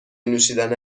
نوشیدن